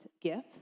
gifts